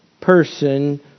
person